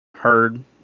heard